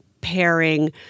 Pairing